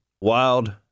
wild